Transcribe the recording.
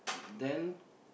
then